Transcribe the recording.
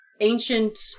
ancient